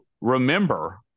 remember